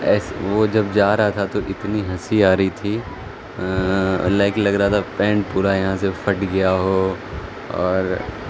ایسے وہ جب جا رہا تھا تو اتنی ہنسی آ رہی تھی لائک لگ رہا تھا پینٹ پورا یہاں سے فٹ گیا ہو اور